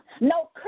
no